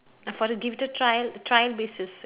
for the try try basis